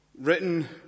Written